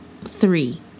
three